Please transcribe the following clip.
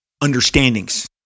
understandings